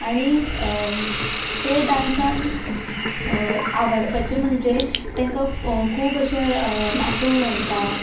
ते ते डांसांत आवडपाचे म्हणजे तांकां खूब अशे नाचूंक मेळटा